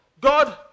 God